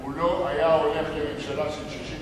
הוא לא היה הולך לממשלה של 61